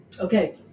Okay